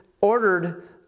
ordered